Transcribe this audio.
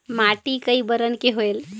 माटी कई बरन के होयल?